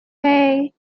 hey